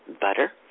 butter